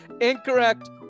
incorrect